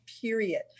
Period